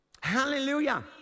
Hallelujah